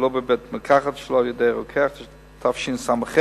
שלא בבית-מרקחת ושלא